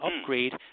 upgrade